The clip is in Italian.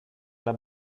alla